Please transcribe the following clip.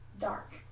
dark